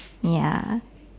ya